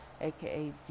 aka